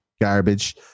garbage